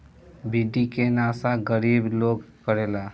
बीड़ी के नशा गरीब लोग करेला